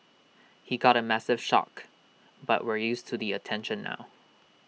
he got A massive shock but we're used to the attention now